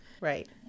Right